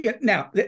now